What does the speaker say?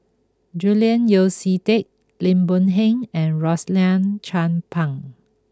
Julian Yeo See Teck Lim Boon Heng and Rosaline Chan Pang